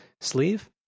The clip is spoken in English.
Sleeve